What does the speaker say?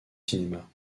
cinéma